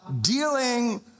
dealing